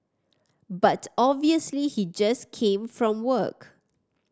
but obviously he just came from work